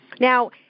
Now